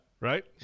right